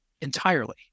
entirely